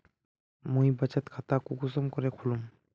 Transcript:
मुई बचत खता कुंसम करे खोलुम?